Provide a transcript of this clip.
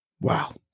Wow